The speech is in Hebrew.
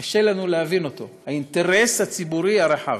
קשה לנו להבין אותו, האינטרס הציבורי הרחב.